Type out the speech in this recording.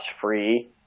Free